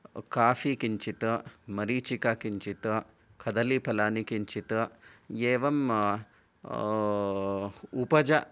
coffee किंचित् मरीचिका किंचित् कदलीफलानि किंचित् एवम् उपज